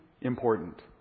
important